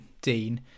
Dean